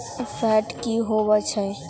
Fat की होवछै?